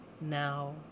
now